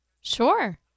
Sure